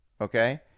okay